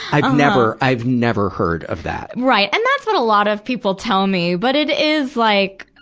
i've never, i've never heard of that. right. and that's what a lot of people tell me. but it is like,